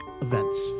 events